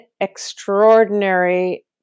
extraordinary